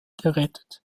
gerettet